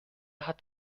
hat